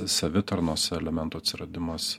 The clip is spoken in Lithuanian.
savitarnos elemento atsiradimas